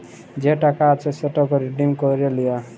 যে টাকা আছে সেটকে রিডিম ক্যইরে লিয়া